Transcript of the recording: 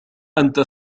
أنت